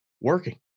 Working